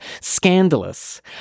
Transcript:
scandalous